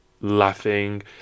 laughing